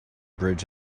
bridge